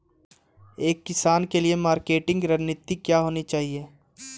एक किसान के लिए मार्केटिंग रणनीति क्या होनी चाहिए?